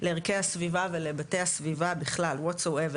לערכי הסביבה ולבתי הסביבה בכלל או Whatever,